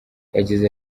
yagize